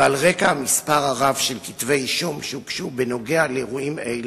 ועל רקע המספר הרב של כתבי-אישום שהוגשו בנוגע לאירועים אלה,